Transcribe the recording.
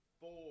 four